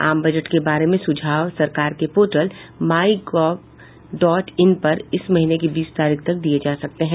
आम बजट के बारे में सुझाव सरकार के portal my gov dot in पर इस महीने की बीस तारीख तक दिये जा सकते हैं